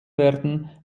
werden